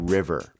River